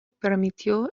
permitió